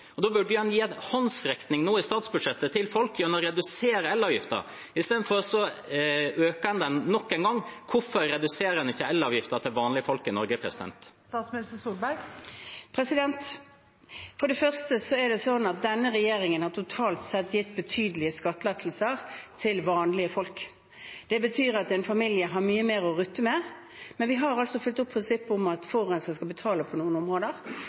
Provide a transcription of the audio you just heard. Da burde en gi en håndsrekning nå i statsbudsjettet til folk gjennom å redusere elavgiften. I stedet øker en den nok engang. Hvorfor reduserer en ikke elavgiften til vanlige folk i Norge? For det første er det sånn at denne regjeringen totalt sett har gitt betydelige skattelettelser til vanlige folk. Det betyr at en familie har mye mer å rutte med. Men vi har på noen områder fulgt opp prinsippet om at forurenser skal betale, ved at vi har sørget for å øke avgiftene på noen